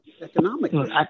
economically